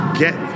get